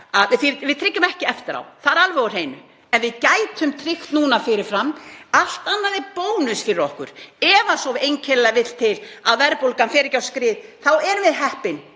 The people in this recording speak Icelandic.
Við tryggjum ekki eftir á. Það er alveg á hreinu. En við gætum núna tryggt fyrir fram, allt annað er bónus fyrir okkur. Ef svo einkennilega vill til að verðbólgan fer ekki á skrið þá erum við heppin.